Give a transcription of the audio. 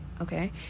Okay